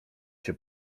się